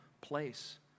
place